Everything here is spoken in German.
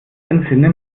entsinne